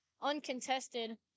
uncontested